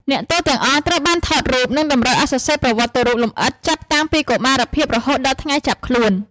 អ្នកទោសទាំងអស់ត្រូវបានថតរូប និងតម្រូវឱ្យសរសេរប្រវត្តិរូបលម្អិតចាប់តាំងពីកុមារភាពរហូតដល់ថ្ងៃចាប់ខ្លួន។